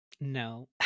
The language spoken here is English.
No